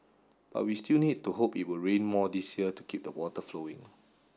but we still need to hope it will rain more this year to keep the water flowing